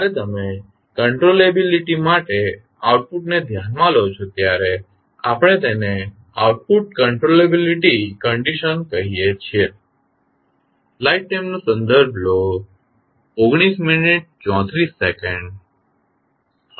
જ્યારે તમે કંટ્રોલેબીલીટી માટે આઉટપુટને ધ્યાનમાં લો છો ત્યારે આપણે તેને આઉટપુટ કંટ્રોલેબીલીટી કંડીશન કહીએ છીએ